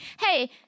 hey